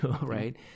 right